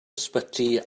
ysbyty